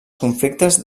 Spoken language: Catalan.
conflictes